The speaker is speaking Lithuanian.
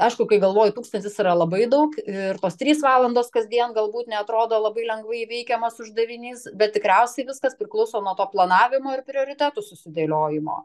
aišku kai galvoju tūkstantis yra labai daug ir tos trys valandos kasdien galbūt neatrodo labai lengvai įveikiamas uždavinys bet tikriausiai viskas priklauso nuo to planavimo ir prioritetų susidėliojimo